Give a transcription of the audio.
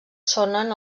sonen